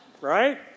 right